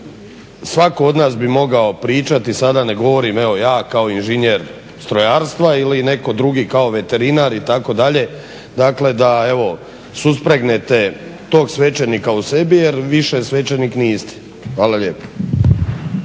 svako od nas bi mogao pričati, sada ne govori evo ja kao inženjer strojarstva ili netko drugi kao veterinar itd., dakle da suspregnete tog svećenika u sebi jer više svećenik niste. Hvala lijepo.